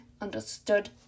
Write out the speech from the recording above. Understood